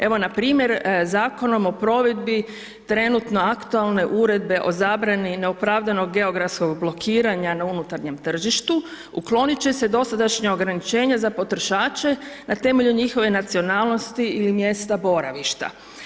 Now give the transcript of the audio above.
Evo npr. Zakonom o provedbi trenutno aktualne uredbe o zabrani neopravdanog geografskog blokiranja na unutarnjem tržištu, uklonit će se dosadašnje ograničenje za potrošače na temelju njihove nacionalnosti ili mjesta boravišta.